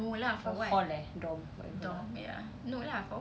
or hall eh dorm whatever ah